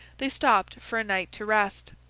they stopped for a night to rest.